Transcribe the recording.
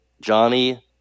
Johnny